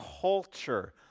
culture